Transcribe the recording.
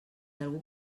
algú